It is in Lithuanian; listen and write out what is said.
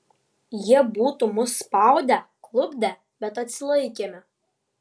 jie būtų mus spaudę klupdę bet atsilaikėme